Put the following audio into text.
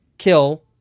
kill